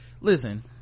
listen